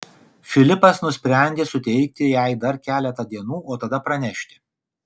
filipas nusprendė suteikti jai dar keletą dienų o tada pranešti